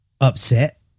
upset